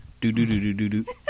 Do-do-do-do-do-do